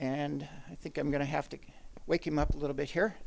and i think i'm going to have to wake him up a little bit here